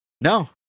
No